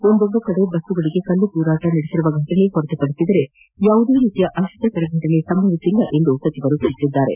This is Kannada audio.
ಒಂದೆರಡು ಕಡೆ ಬಸ್ಗಳಿಗೆ ಕಲ್ಲು ತೂರಾಟ ನಡೆಸಿರುವ ಘಟನೆ ಹೊರತುಪಡಿಸಿದರೆ ಯಾವುದೇ ರೀತಿಯ ಅಹಿತಕರ ಘಟನೆ ಸಂಭವಿಸಿಲ್ಲ ಎಂದು ತಿಳಿಸಿದ್ದಾರೆ